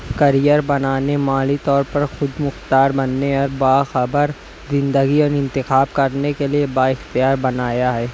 career بنانے مالی طور پر خود مختار بننے اور باخبر زندگی اور انتخاب کرنے کے لیے بااختبار بنایا ہے